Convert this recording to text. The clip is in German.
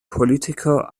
politiker